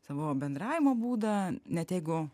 savo bendravimo būdą net jeigu